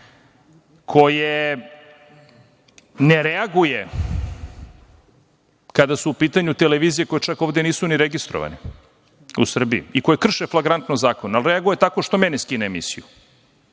koje ne reaguje kada su u pitanju televizije koje čak ovde nisu ni registrovane u Srbiji i koje krše flagrantno zakon, a reaguje tako što meni skine emisiju.